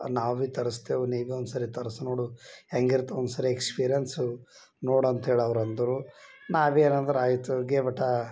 ನಾವು ಭಿ ತರ್ಸ್ತೇವೆ ನೀ ಭಿ ಒನ್ ಸರಿ ತರ್ಸಿ ನೋಡು ಹೆಂಗಿರ್ತದೆ ಒನ್ ಸರಿ ಎಕ್ಸ್ಪೀರಿಯೆನ್ಸು ನೋಡಂತ ಹೇಳಿ ಅವ್ರು ಅಂದರು ನಾ ಭಿ ಏನಂದ್ರೆ ಆಯ್ತುಗೆ ಬೆಟಾ